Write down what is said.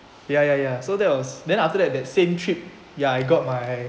ya ya ya so that was then after that that same trip ya I got my